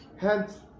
Hence